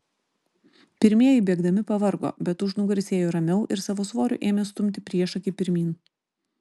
pirmieji bėgdami pavargo bet užnugaris ėjo ramiau ir savo svoriu ėmė stumti priešakį pirmyn